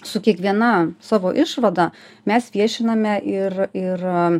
su kiekviena savo išvada mes viešiname ir ir